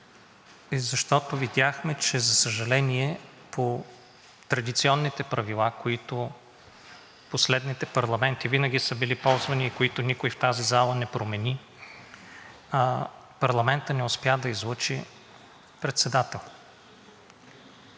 е, защото видяхме, за съжаление, че по традиционните правила, които в последните парламенти винаги са били ползвани и които никой в тази зала не промени, парламентът не успя да излъчи председател.